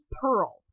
pearl